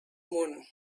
moon